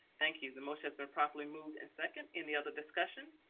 thank you, the motion has been properly moved and second, any other discussion?